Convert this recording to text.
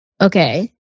okay